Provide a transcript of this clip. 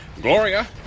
Gloria